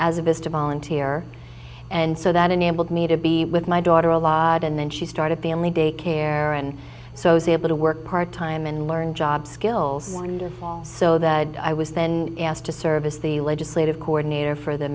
as opposed to volunteer and so that enabled me to be with my daughter a lot and then she started the only day care and so i was able to work part time and learn job skills wonderfalls so that i was then asked to service the legislative coordinator for the